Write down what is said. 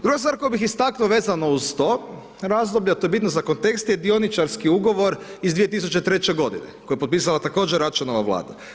Druga stvar, koju bi istaknuo vezano za to razdoblje, a to je bitno za kontekst je dioničarski ugovor iz 2003. g. koje je potpisala također Račanova vlada.